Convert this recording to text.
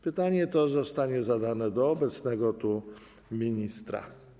Pytanie to zostanie skierowane do obecnego tu ministra.